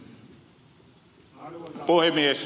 arvoisa puhemies